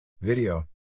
video